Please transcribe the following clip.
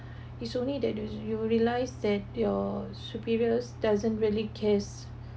it's only that which you will realize that your superiors doesn't really cares